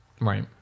Right